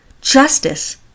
justice